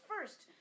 First